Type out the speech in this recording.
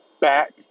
back